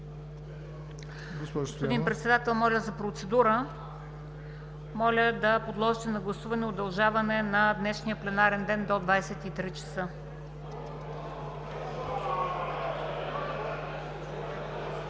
Господин Председател, моля за процедура. Моля да подложите на гласуване за удължаване на днешния пленарен ден до 23,00 ч.